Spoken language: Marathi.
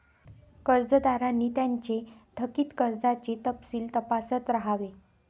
कर्जदारांनी त्यांचे थकित कर्जाचे तपशील तपासत राहावे